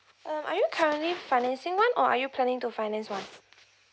um are you currently financing [one] or are you planning to finance